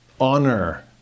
honor